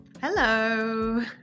Hello